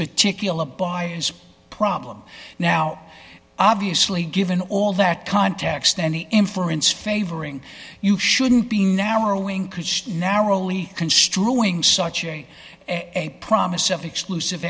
particular buyers problem now obviously given all that context any inference favoring you shouldn't be narrowing narrowly construing such a a promise of exclusive